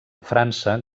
frança